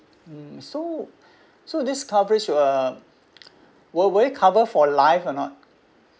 mm so so this coverage uh will will it cover for life or not